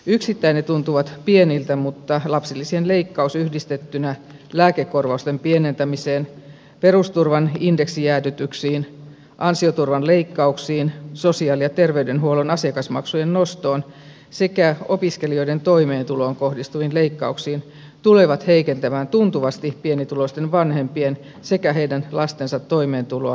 yksittäin ne tuntuvat pieniltä mutta lapsilisien leikkaus yhdistettynä lääkekorvausten pienentämiseen perusturvan indeksijäädytyksiin ansioturvan leikkauksiin sosiaali ja terveydenhuollon asiakasmaksujen nostoon sekä opiskelijoiden toimeentuloon kohdistuviin leikkauksiin tulevat heikentämään tuntuvasti pienituloisten vanhempien sekä heidän lastensa toimeentuloa ja elämää